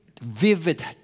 vivid